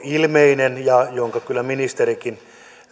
ilmeinen ja minkä kyllä ministerikin